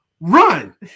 run